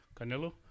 Canelo